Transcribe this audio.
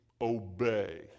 obey